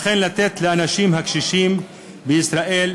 אכן לתת לאנשים הקשישים בישראל,